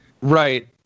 right